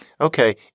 okay